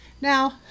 Now